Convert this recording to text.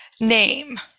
name